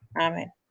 amen